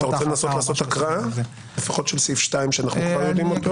אתה רוצה לעשות הקראה לפחות של סעיף 2 שאנחנו כבר יודעים אותו?